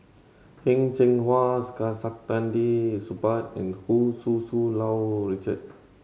Heng Cheng Hwa Saktiandi Supaat and Hu Tsu Tau Richard